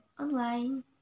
online